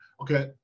okay